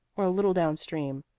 or a little down-stream?